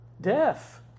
Deaf